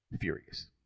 Furious